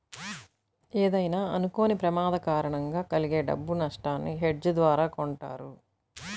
ఏదైనా అనుకోని ప్రమాదం కారణంగా కలిగే డబ్బు నట్టాన్ని హెడ్జ్ ద్వారా కొంటారు